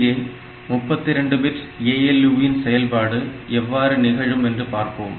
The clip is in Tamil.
இங்கே 32 பிட் ALU இன் செயல்பாடு எவ்வாறு நிகழும் என்று பார்ப்போம்